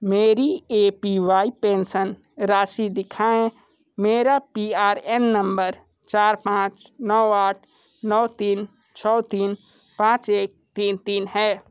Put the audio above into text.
मेरी A P Y pension राशि दिखाएँ मेरा पी आर एन नम्बर चार पाँच नौ आठ नौ तीन छः तीन पाँच एक तीन तीन है